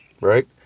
right